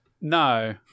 No